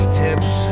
tips